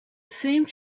seemed